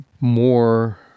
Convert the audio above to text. more